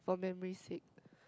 for memory sake